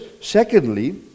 secondly